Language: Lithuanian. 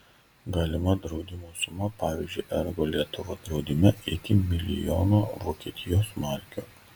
galima draudimo suma pavyzdžiui ergo lietuva draudime iki milijono vokietijos markių